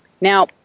Now